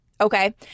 okay